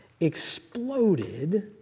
exploded